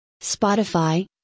Spotify